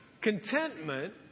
contentment